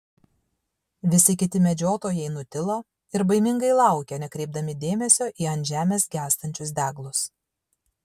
visi kiti medžiotojai nutilo ir baimingai laukė nekreipdami dėmesio į ant žemės gęstančius deglus